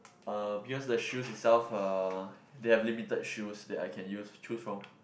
uh because the shoes itself uh they have limited shoes that I can use choose from